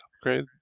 upgrade